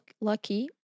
lucky